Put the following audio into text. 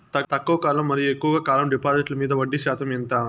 తక్కువ కాలం మరియు ఎక్కువగా కాలం డిపాజిట్లు మీద వడ్డీ శాతం ఎంత?